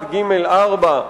1(ג)(4)